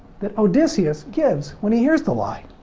that odysseus gives when he hears the lie.